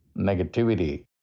negativity